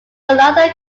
ronaldo